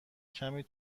کمی